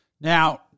Now